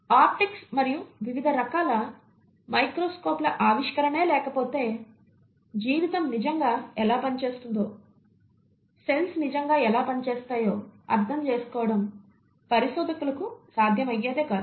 optics మరియు వివిధ రకాల మైక్రోస్కోప్ల ఆవిష్కరణే లేకపోతే జీవితం నిజంగా ఎలా పనిచేస్తుందోసెల్స్ నిజంగా ఎలా పనిచేస్తాయో అర్థం చేసుకోవడం పరిశోధకులకు సాధ్యం అయ్యేదే కాదు